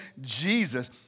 Jesus